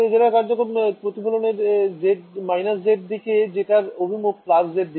z কার্যকর হবে প্রতিফলনের z দিকে যেটার অভিমুখ z দিকে